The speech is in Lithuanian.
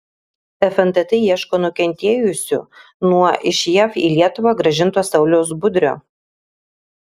fntt ieško nukentėjusių nuo iš jav į lietuvą grąžinto sauliaus budrio